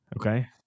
Okay